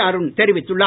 அருண் தெரிவித்துள்ளார்